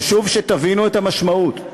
חשוב שתבינו את המשמעות: